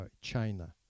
China